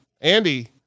Andy